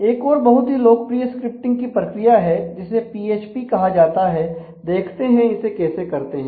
एक और बहुत ही लोकप्रिय स्क्रिप्टिंग की प्रक्रिया है जिसे पीएचपी कहा जाता है देखते हैं इसे कैसे करते हैं